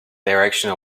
direction